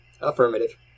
Affirmative